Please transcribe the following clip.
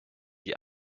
die